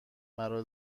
مرا